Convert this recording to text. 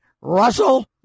Russell